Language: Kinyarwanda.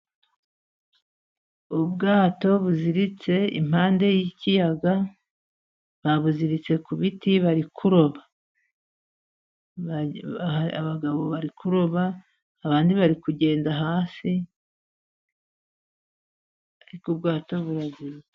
Ubwato buziritse impande y'ikiyaga buziritse ku biti bari kuroba. Abagabo bari kuroba, abandi bari kugenda hasi, ariko ubwato buraziritse.